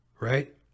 Right